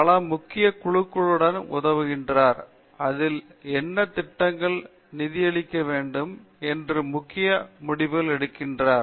பல முக்கிய குழுக்களுக்கு உதவுகிறார் அதில் என்ன திட்டங்களுக்கு நிதியளிக்க வேண்டும் என்று முக்கிய முடிவுகள் எடுக்கிறார்